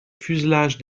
fuselage